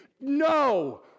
No